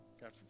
God